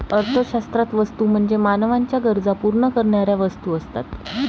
अर्थशास्त्रात वस्तू म्हणजे मानवाच्या गरजा पूर्ण करणाऱ्या वस्तू असतात